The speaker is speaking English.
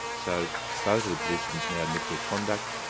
so both of the participants now admit their conduct.